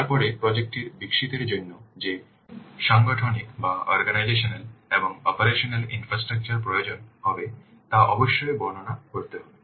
তারপরে প্রজেক্ট টির বিকশিতের জন্য যে সাংগঠনিক এবং অপারেশনাল ইনফ্রাস্ট্রাকচার প্রয়োজন হবে তা অবশ্যই বর্ণনা করতে হবে